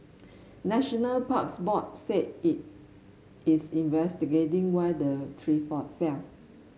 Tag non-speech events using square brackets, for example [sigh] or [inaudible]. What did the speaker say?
National Parks Board said [unintelligible] it's investigating why the tree fall fell